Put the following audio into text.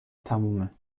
تمومه